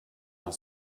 noch